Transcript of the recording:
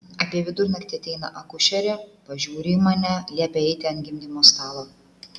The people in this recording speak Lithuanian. apie vidurnaktį ateina akušerė pažiūri į mane liepia eiti ant gimdymo stalo